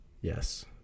Yes